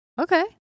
okay